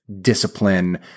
discipline